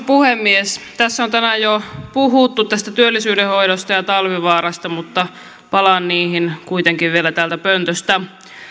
puhemies tässä on tänään jo puhuttu tästä työllisyyden hoidosta ja talvivaarasta mutta palaan niihin kuitenkin vielä täältä pöntöstä